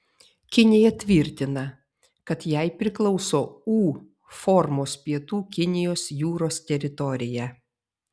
kinija tvirtina kad jai priklauso u formos pietų kinijos jūros teritorija